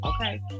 okay